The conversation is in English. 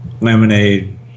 lemonade